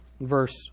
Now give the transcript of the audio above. verse